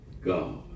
God